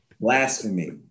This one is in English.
blasphemy